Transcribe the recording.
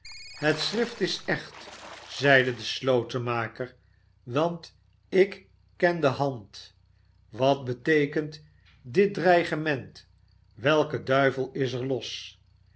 het schrift is echt zeide de slotenmaker a want ik ken de hand wat beteekent dit dreigement welke duivel is er los